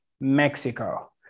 Mexico